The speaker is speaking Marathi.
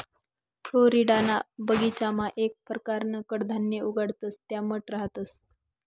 फ्लोरिडाना बगीचामा येक परकारनं कडधान्य उगाडतंस त्या मठ रहातंस